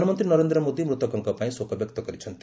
ପ୍ରଧାନମନ୍ତ୍ରୀ ନରେନ୍ଦ୍ର ମୋଦି ମୃତକଙ୍କ ପାଇଁ ଶୋକ ବ୍ୟକ୍ତ କରିଛନ୍ତି